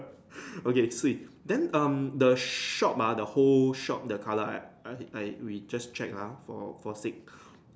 okay swee then um the shop ah the whole shop the colour I I we just check lah for for sake